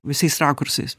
visais rakursais